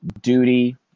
duty